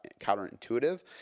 counterintuitive